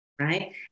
right